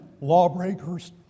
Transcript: lawbreakers